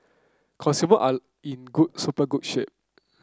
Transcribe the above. consumer are in good super good shape